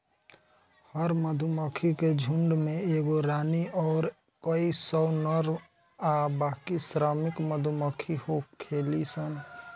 हर मधुमक्खी के झुण्ड में एगो रानी अउर कई सौ नर आ बाकी श्रमिक मधुमक्खी होखेली सन